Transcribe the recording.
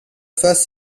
first